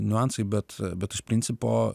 niuansai bet bet iš principo